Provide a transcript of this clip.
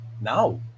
now